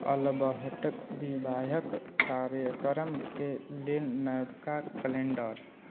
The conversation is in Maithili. अल्बर्टक बिआहक कार्यक्रमके लेल नवका कैलेंडर